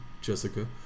Jessica